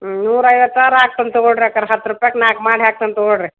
ನೂರ ಐವತ್ತಾರು ಹಾಕ್ತೇನೆ ತಗೊಳ್ಳಿ ರೀ ಅಕ್ಕರ ಹತ್ತು ರುಪಾಯ್ಗೆ ನಾಲ್ಕು ಮಾಡಿ ಹಾಕ್ತೇನೆ ತೊಗೊಳ್ಳಿ ರೀ